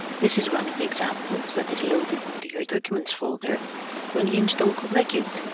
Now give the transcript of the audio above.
this is one of the examples that is loaded into your documents folder when you install kubla cubed.